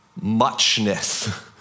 muchness